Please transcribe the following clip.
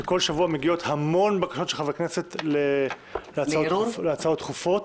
שכל שבוע מגיעות המון בקשות של חברי כנסת להצעות דחופות.